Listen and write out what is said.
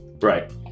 right